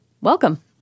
Welcome